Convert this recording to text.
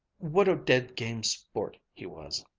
what a dead-game sport he was!